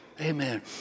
amen